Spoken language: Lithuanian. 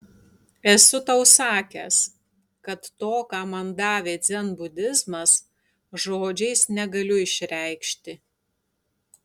esu tau sakęs kad to ką man davė dzenbudizmas žodžiais negaliu išreikšti